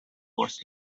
was